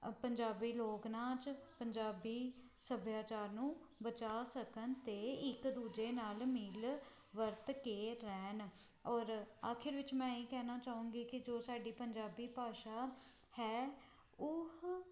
ਪੰਜਾਬੀ ਲੋਕ ਨਾਚ ਪੰਜਾਬੀ ਸੱਭਿਆਚਾਰ ਨੂੰ ਬਚਾ ਸਕਣ ਅਤੇ ਇੱਕ ਦੂਜੇ ਨਾਲ ਮਿਲ ਵਰਤ ਕੇ ਰਹਿਣ ਔਰ ਆਖਿਰ ਵਿੱਚ ਮੈਂ ਇਹ ਕਹਿਣਾ ਚਾਹੂੰਗੀ ਕਿ ਜੋ ਸਾਡੀ ਪੰਜਾਬੀ ਭਾਸ਼ਾ ਹੈ ਉਹ